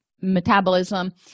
Metabolism